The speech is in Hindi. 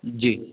जी